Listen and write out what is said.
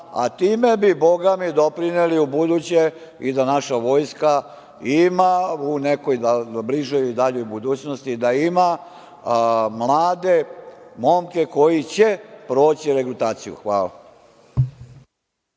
a time bi bogami doprineli ubuduće i da naša vojska ima u nekoj daljoj bližoj budućnosti, da ima mlade momke koji će doći na regrutaciju.